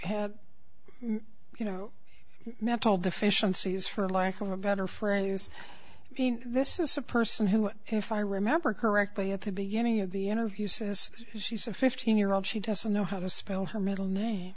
had you know mental deficiencies for lack of a better friend who's being this is a person who can fire remember correctly at the beginning of the interview since she's a fifteen year old she doesn't know how to spell her middle name